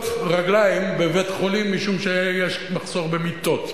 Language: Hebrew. רגליים בבית-חולים משום שיש מחסור במיטות.